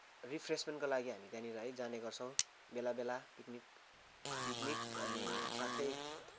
रिफ्रेसमेन्टको लागि हामी त्यहाँनिर है जाने गर्छौँ बेला बेला पिकनिक पिकनिक अनि साथै